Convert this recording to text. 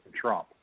Trump